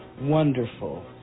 Wonderful